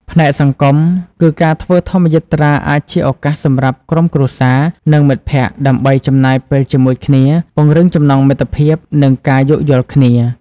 ផ្នែកសង្គមគឺ ការធ្វើធម្មយាត្រាអាចជាឱកាសសម្រាប់ក្រុមគ្រួសារ និងមិត្តភក្តិ ដើម្បីចំណាយពេលជាមួយគ្នា ពង្រឹងចំណងមិត្តភាព និងការយោគយល់គ្នា។